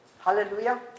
Hallelujah